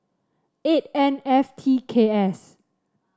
eight N F T K S